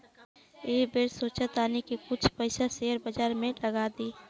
एह बेर हमहू सोचऽ तानी की कुछ पइसा शेयर बाजार में लगा दी